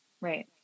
Right